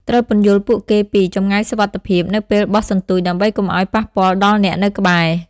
ត្រូវពន្យល់ពួកគេពី ចម្ងាយសុវត្ថិភាព នៅពេលបោះសន្ទូច ដើម្បីកុំឱ្យប៉ះពាល់ដល់អ្នកនៅក្បែរ។